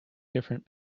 different